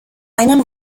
einen